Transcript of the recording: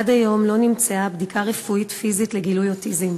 עד היום לא נמצאה בדיקה רפואית פיזית לגילוי אוטיזם